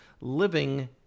living